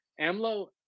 AMLO